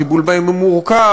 הטיפול בהם הוא מורכב,